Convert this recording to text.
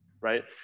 right